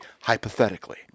Hypothetically